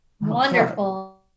Wonderful